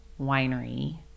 winery